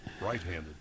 right-handed